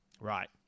Right